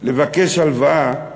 לבקש הלוואה,